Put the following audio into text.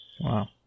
Wow